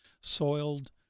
soiled